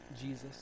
Jesus